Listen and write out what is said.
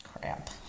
Crap